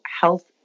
health